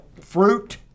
fruit